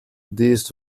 this